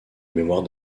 mémoire